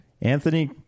Anthony